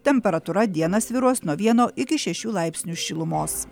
temperatūra dieną svyruos nuo vieno iki šešių laipsnių šilumos